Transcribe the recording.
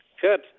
Good